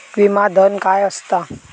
विमा धन काय असता?